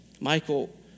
Michael